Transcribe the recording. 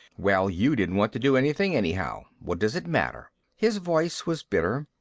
well, you didn't want to do anything, anyhow. what does it matter? his voice was bitter.